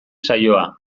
saioa